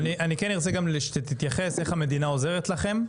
אני כן ארצה גם שתתייחס איך המדינה עוזרת לכם?